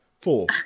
Four